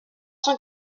cent